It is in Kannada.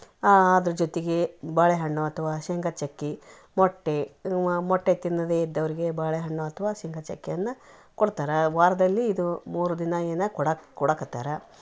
ಆ ಅದ್ರ ಜೊತೆಗೆ ಬಾಳೆ ಹಣ್ಣು ಅಥವಾ ಶೇಂಗಾ ಚಕ್ಕಿ ಮೊಟ್ಟೆ ಮೊಟ್ಟೆ ತಿನ್ನದೇ ಇದ್ದವರಿಗೆ ಬಾಳೆ ಹಣ್ಣು ಅಥ್ವಾ ಶೇಂಗಾ ಚಕ್ಕೆಯನ್ನ ಕೊಡ್ತಾರಾ ವಾರದಲ್ಲಿ ಇದು ಮೂರು ದಿನ ಏನು ಕೊಡಕ್ಕೆ ಕೊಡಕತ್ತಾರ